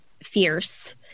fierce